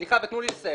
סליחה, תנו לי לסיים.